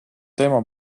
teema